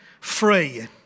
free